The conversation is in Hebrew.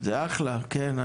זה אחלה, כן.